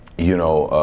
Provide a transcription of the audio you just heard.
you know